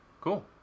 cool